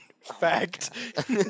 Fact